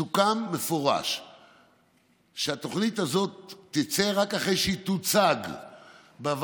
וסוכם במפורש שהתוכנית הזאת תצא רק אחרי שהיא תוצג בוועדה,